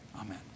amen